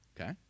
Okay